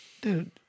dude